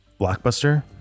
blockbuster